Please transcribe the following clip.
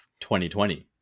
2020